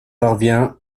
parvient